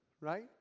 Right